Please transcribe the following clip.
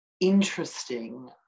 interesting